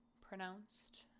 pronounced